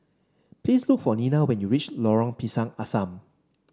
please look for Nena when you reach Lorong Pisang Asam